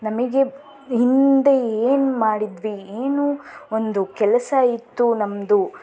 ನಮಗೆ ಹಿಂದೆ ಏನು ಮಾಡಿದ್ವಿ ಏನು ಒಂದು ಕೆಲಸ ಇತ್ತು ನಮ್ಮದು